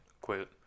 quit